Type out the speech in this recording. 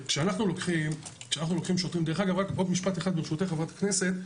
רק עוד משפט אחד, ברשותך, חברת הכנסת.